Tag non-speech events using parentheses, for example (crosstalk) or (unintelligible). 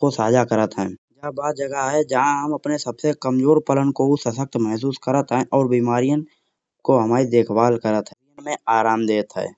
को साझा करत है। जा बा जगह है जहाँ हम अपने सबसे कमजोर पलन को सशक्त महसूस करत है। और बीमारियन को हमाई देखभाल करत है (unintelligible)